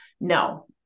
No